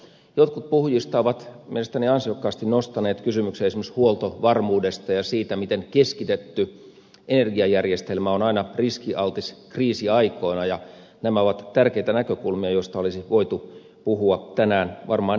jotkut puhujista ovat mielestäni ansiokkaasti nostaneet kysymyksen esimerkiksi huoltovarmuudesta ja siitä miten keskitetty energiajärjestelmä on aina riskialtis kriisiaikoina ja nämä ovat tärkeitä näkökulmia joista olisi voitu puhua tänään varmaan enemmänkin